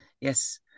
yes